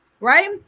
Right